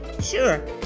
Sure